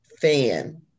fan